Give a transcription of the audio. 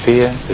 fear